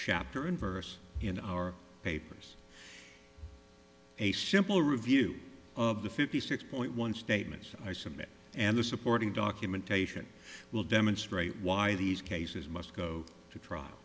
shapter unverse in our papers a simple review of the fifty six point one statement i submit and the supporting documentation will demonstrate why these cases must go to trial